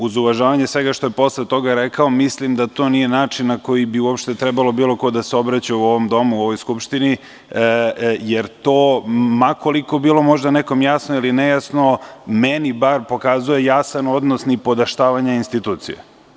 Uz uvažavanje svega što je posle toga rekao, mislim da to nije način na koji bi uopšte trebalo bilo ko da se obraća u ovom domu, u ovoj skupštini, jer to ma koliko možda bilo nekome jasno ili nejasno, meni bar pokazuje jasan odnos nipodaštavanja institucija.